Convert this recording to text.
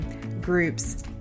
groups